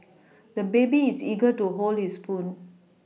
the baby is eager to hold his spoon